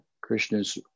Krishna's